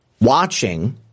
watching